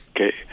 Okay